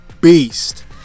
beast